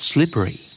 Slippery